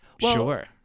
Sure